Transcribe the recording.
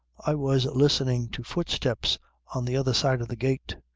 i was listening to footsteps on the other side of the gate,